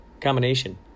combination